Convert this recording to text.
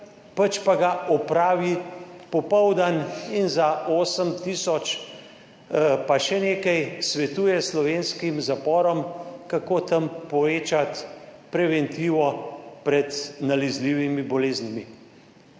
pač pa ga opravi popoldan in za 8 tisoč pa še nekaj svetuje slovenskim zaporom, kako tam povečati preventivo pred nalezljivimi boleznimi.